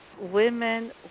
women